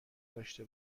داشته